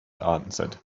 answered